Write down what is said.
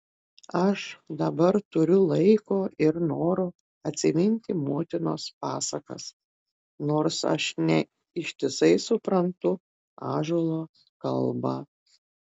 aš dabar turiu laiko ir noro atsiminti motinos pasakas nors aš ne ištisai suprantu ąžuolo kalbą